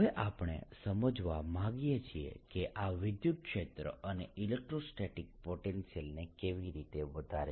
હવે આપણે સમજવા માંગીએ છીએ કે આ વિદ્યુતક્ષેત્ર અને ઇલેક્ટ્રોસ્ટેટિક પોટેન્શિયલને કેવી રીતે વધારે છે